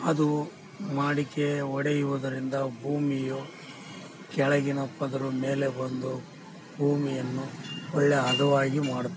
ಅದು ಮಡಿಕೆ ಹೊಡೆಯುವುದರಿಂದ ಭೂಮಿಯು ಕೆಳಗಿನ ಪದರು ಮೇಲೆ ಬಂದು ಭೂಮಿಯನ್ನು ಒಳ್ಳೆಯ ಹದವಾಗಿ ಮಾಡುತ್ತದೆ